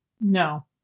No